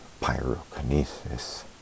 pyrokinesis